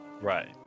Right